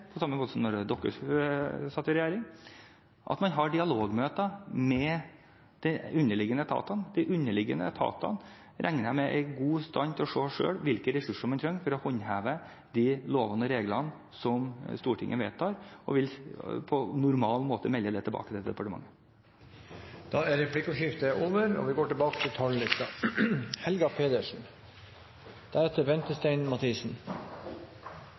på samme måte når vi sitter i regjering som da de rød-grønne satt i regjering, at man har dialogmøter med de underliggende etater, og jeg regner med at de er i god stand til selv å se hvilke ressurser man trenger for å håndheve de lover og regler som Stortinget vedtar, og vil på normal måte melde det tilbake til departementet. Replikkordskiftet er over. For over 100 år siden gikk folk i demonstrasjonstog for regulert arbeidstid og